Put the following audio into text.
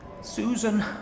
Susan